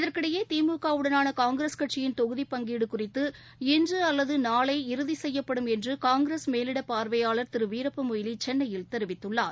இதற்கிடையே திமுக வுடனான காங்கிரஸ் கட்சியின் தொகுதி பங்கீடு குறித்து இன்று அல்லது நாளை இறுதி செய்யப்படும் என்று காங்கிரஸ் மேலிட பார்வையாளர் திரு வீரப்பமொய்லி சென்னையில் தெரிவித்துள்ளார்